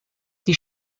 die